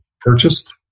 purchased